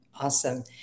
Awesome